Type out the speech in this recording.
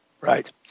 Right